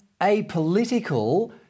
apolitical